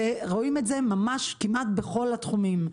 ורואים את זה כמעט בכל התחומים.